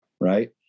right